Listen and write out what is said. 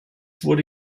wurde